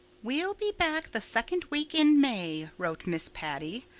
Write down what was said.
we'll be back the second week in may wrote miss patty.